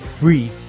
Free